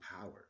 power